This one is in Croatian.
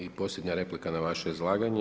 I posljednja replika na vaše izlaganje.